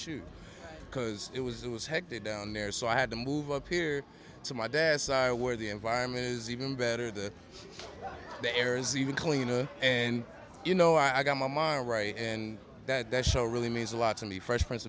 shoot because it was it was hectic down there so i had to move up here to my dad where the environment is even better the the errors even cleaner and you know i got my mind right and that that show really means a lot to me fresh prince